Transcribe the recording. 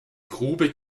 grube